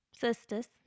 sisters